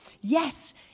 Yes